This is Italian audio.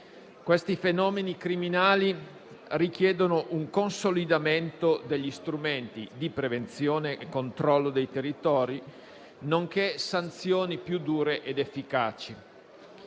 Questi fenomeni criminali richiedono un consolidamento degli strumenti di prevenzione e controllo dei territori, nonché sanzioni più dure ed efficaci.